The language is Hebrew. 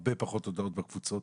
הרבה פחות הודעות בקבוצות.